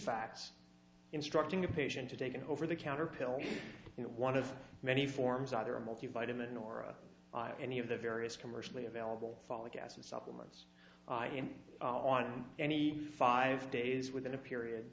facts instructing a patient to take an over the counter pill in one of many forms either a multi vitamin or any of the various commercially available folic acid supplements and on any five days within a period